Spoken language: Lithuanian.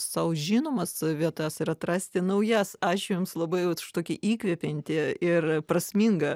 sau žinomas vietas ir atrasti naujas ačiū jums labai už tokį įkvepiantį ir prasmingą